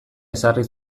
ezarri